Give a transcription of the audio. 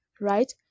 right